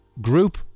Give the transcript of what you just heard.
group